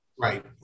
Right